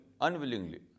unwillingly